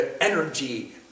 energy